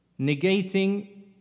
negating